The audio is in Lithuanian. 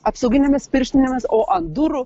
apsauginėmis pirštinėmis o ant durų